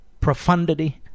profundity